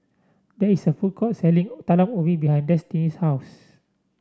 there is a food court selling Talam Ubi behind Destini's house